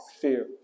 fear